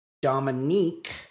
Dominique